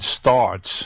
starts